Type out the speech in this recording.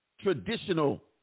traditional